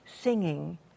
singing